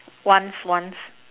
once once